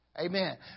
Amen